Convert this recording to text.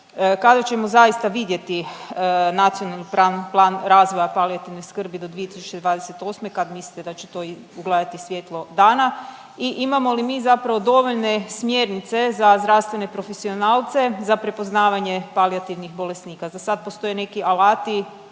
Kada ćemo zaista vidjeti Nacionalni plan razvoja palijativne skrbi do 2028., kad mislite da će to i ugledati svjetlo dana? I imamo li mi zapravo dovoljne smjernice za zdravstvene profesionalce za prepoznavanje palijativnih bolesnika? Zasad postoje neki alati